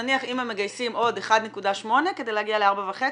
נניח אם הם מגייסים עוד 1.8 כדי להגיע ל-4.5,